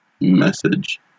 message